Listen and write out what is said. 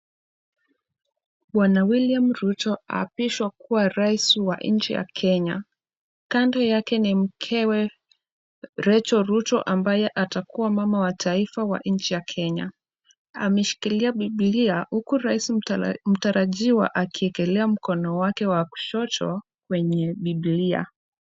Bwana William Ruto aapishwa kuwa rais wa nchi ya Kenya. Kando yake ni mkewe Bi Rachael Ruto ambaye atakuwa mama wa taifa wa nchi ya Kenya. Ameshikilia Bibilia huku rais mtarajiwa, akiekelea mkono wake wa kushoto kwenye Bibilia.